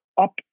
up